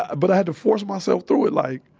ah but i had to force myself through it, like,